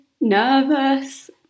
nervous